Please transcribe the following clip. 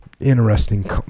Interesting